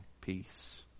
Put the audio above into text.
peace